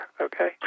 okay